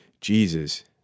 Jesus